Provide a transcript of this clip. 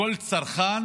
כל צרכן